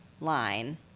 line